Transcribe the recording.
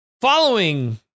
following